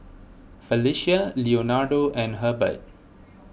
Felicia Leonardo and Hebert